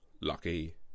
lucky